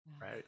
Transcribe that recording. right